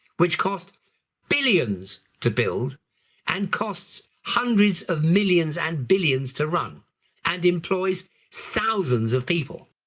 which cost billions to build and costs hundreds of millions and billions to run and employs thousands of people.